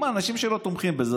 אם האנשים שלו תומכים בזה,